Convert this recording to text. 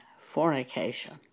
fornication